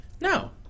No